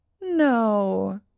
No